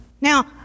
Now